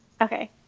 Okay